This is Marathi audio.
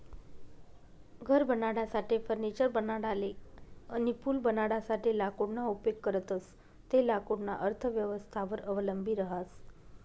घर बनाडासाठे, फर्निचर बनाडाले अनी पूल बनाडासाठे लाकूडना उपेग करतंस ते लाकूडना अर्थव्यवस्थावर अवलंबी रहास